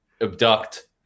abduct